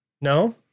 No